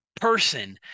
person